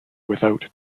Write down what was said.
without